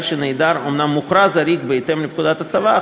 שנעדר אומנם מוכרז עריק בהתאם לפקודות הצבא,